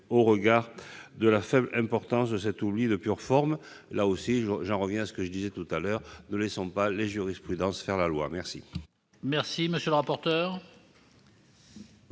au regard de la faible importance de cet oubli de pure forme. J'en reviens à ce que je disais : ne laissons pas les jurisprudences faire la loi !